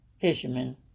fishermen